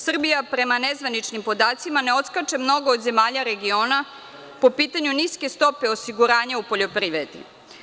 Srbija prema nezvaničnim podacima ne odskače mnogo od zemalja regiona po pitanju niske stope osiguranja u poljoprivrede.